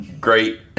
great